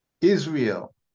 Israel